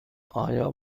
آیا